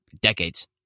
decades